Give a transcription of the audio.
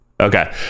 Okay